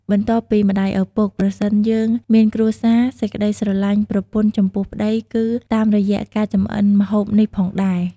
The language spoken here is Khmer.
បន្ទាប់ពីម្ដាយឪពុក ប្រសិនយើងមានគ្រួសារ សេចក្ដីស្រលាញ់ប្រពន្ធចំពោះប្តីគឺតាមរយៈការចម្អិនម្ហូបនេះផងដែរ។